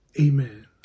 amen